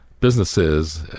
businesses